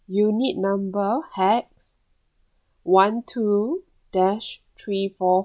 unit number hax one two dash three four